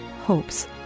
hopes